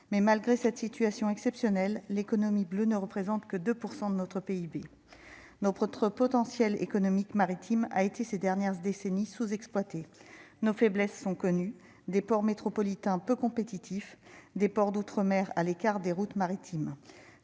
mais malgré cette situation exceptionnelle, l'économie bleue ne représentent que 2 % de notre PIB nos propres potentiel économique maritime a été ces dernières décennies, sous-exploité nos faiblesses sont connus des ports métropolitains peu compétitifs des ports d'outre-mer à l'écart des routes maritimes,